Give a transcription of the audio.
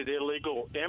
illegal